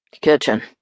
Kitchen